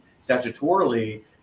statutorily